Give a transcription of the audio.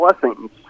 blessings